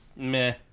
Meh